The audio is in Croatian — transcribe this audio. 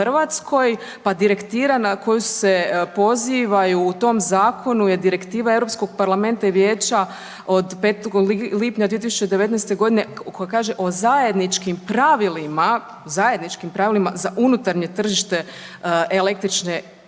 pa direktiva na koju se poziva u tom Zakonu je Direktiva EU Parlamenta i Vijeća od 5. lipnja 2019.g. koja kaže o zajedničkim pravilima, zajedničkim pravilima za unutarnje tržište električne energije,